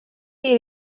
ear